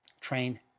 Train